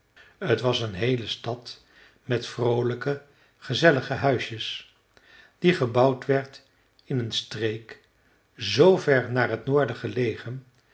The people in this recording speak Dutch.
t was een heele stad met vroolijke gezellige huisjes die gebouwd werd in een streek z ver naar t noorden gelegen